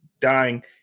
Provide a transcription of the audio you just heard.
dying